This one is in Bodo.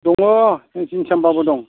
दङ सिनि साम्फाबो दं